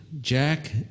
Jack